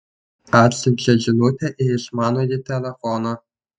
atsiunčia žinutę į išmanųjį telefoną